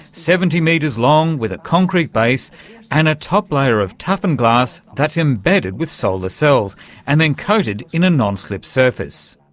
seventy metres long with a concrete base and a top layer of toughened glass that's embedded with solar cells and then coated in a non-slip surface.